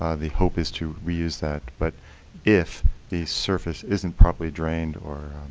ah the hope is to reduce that. but if the surface isn't properly drained, or